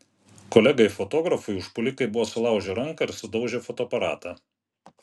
kolegai fotografui užpuolikai buvo sulaužę ranką ir sudaužę fotoaparatą